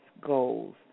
goals